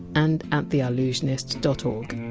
and at theallusionist dot o